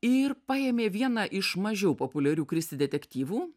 ir paėmė vieną iš mažiau populiarių kristi detektyvų